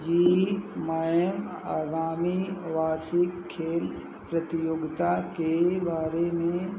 जी ma'am आगामी वार्षिक खेल प्रतियोगिता के बारे में अपने सहपाठियों की ओर से मैं आपसे अनुरोध करना चाहता हूँ कि प्रतियोगिता में कबड्डी और खो खो जैसे खेलों को शामिल करने पर विचार किया जाए